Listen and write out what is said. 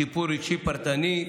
טיפול רגשי פרטני,